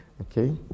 okay